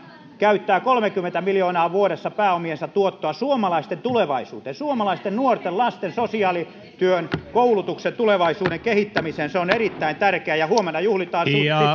käyttää kolmekymmentä miljoonaa vuodessa pääomiensa tuottoa suomalaisten tulevaisuuteen suomalaisten nuorten lasten sosiaalityön koulutuksen tulevaisuuden kehittämiseen se on erittäin tärkeää ja huomenna juhlitaan